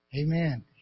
Amen